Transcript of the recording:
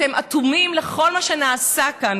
אתם לא יכולים להמשיך כך,